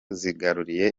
zigaruriye